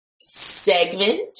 segment